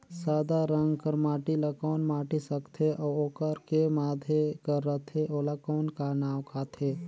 सादा रंग कर माटी ला कौन माटी सकथे अउ ओकर के माधे कर रथे ओला कौन का नाव काथे?